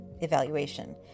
evaluation